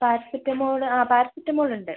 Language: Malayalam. പാരസിറ്റമോള് ആ പാരസിറ്റമോൾ ഉണ്ട്